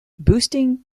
boosting